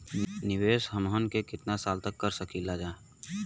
निवेश हमहन के कितना साल तक के सकीलाजा?